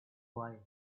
why